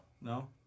No